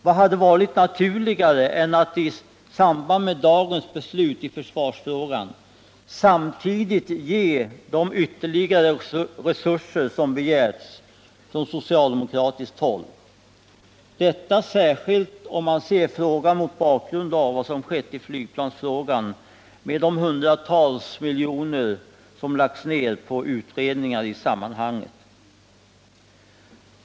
Vad hade varit naturligare än att i samband med dagens beslut i försvarsfrågan ge de ytterligare resurser som begärts från socialdemokratiskt håll — detta särskilt om man ser frågan mot bakgrund av vad som skett i flygplansfrågan, med de hundratals miljoner som lagts ned på utredningar i det sammanhanget.